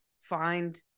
find